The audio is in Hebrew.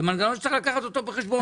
זה מנגנון שצריך לקחת אותו בחשבון.